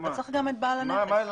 צריך גם את בעל הכס.